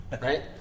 right